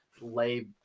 lay